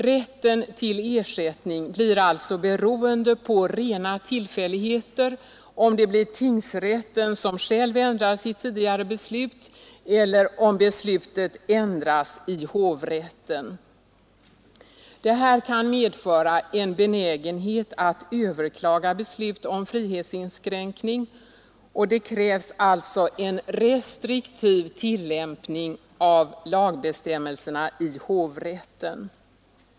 Rätten till ersättning blir alltså beroende på rena tillfälligheter om det blir tingsrätten som själv ändrar sitt tidigare beslut eller om beslutet ändras i hovrätten. Det här kan medföra en benägenhet att överklaga beslut om frihetsinskränkning, och det krävs alltså en restriktiv tillämpning av lagbestämmelserna i hovrätten.